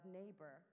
neighbor